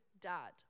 dad